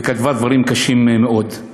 וכתבה דברים קשים מאוד.